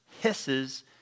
hisses